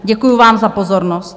Děkuju vám za pozornost.